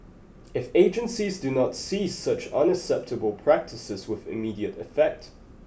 if agencies do not cease such unacceptable practices with immediate effect